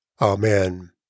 Amen